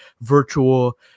virtual